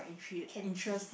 Kenji